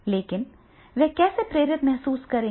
लेकिन वे कैसे प्रेरित महसूस करेंगे